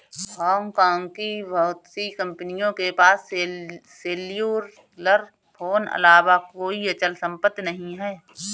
Hong Kong की बहुत सी कंपनियों के पास सेल्युलर फोन अलावा कोई अचल संपत्ति नहीं है